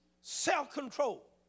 self-control